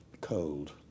cold